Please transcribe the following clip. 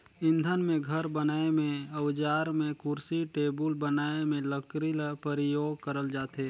इंधन में, घर बनाए में, अउजार में, कुरसी टेबुल बनाए में लकरी ल परियोग करल जाथे